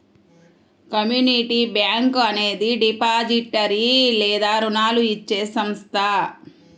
community bank అనేది depository లేదా రుణాలు ఇచ్చే సంస్థ